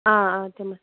آ آ تِم